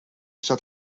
zat